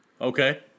Okay